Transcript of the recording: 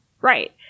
Right